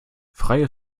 freie